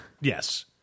Yes